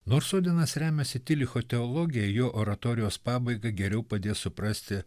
nors odenas remiasi tilicho teologija jo oratorijos pabaigą geriau padės suprasti